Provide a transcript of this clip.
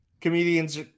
comedians